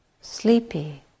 Sleepy